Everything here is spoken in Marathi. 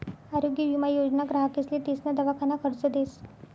आरोग्य विमा योजना ग्राहकेसले तेसना दवाखाना खर्च देस